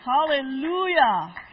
Hallelujah